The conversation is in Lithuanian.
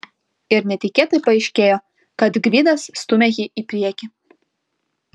ir netikėtai paaiškėjo kad gvidas stumia jį į priekį